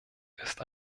ist